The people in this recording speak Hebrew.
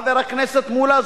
חבר הכנסת מולה,